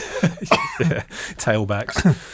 tailbacks